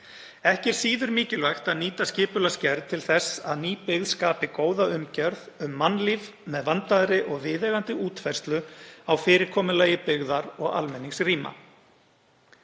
Ekki er síður mikilvægt að nýta skipulagsgerð til þess að ný byggð skapi góða umgjörð um mannlíf með vandaðri og viðeigandi útfærslu á fyrirkomulagi byggðar og almenningsrýma.